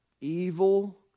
evil